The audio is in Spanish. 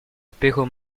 espejo